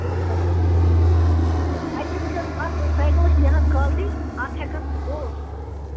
تِمَن خٲطرٕ تہِ چھِ حظ اَتہِ چھِ وُچھ حظ اَتھ سایکٕلَس چھِ یِہَن کالٹی اَتھ ہٮ۪کَن بوٚتھ